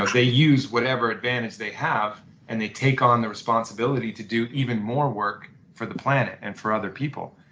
like they use whatever advantage they have and they take on the responsibility to do even more work for the planet and for other people.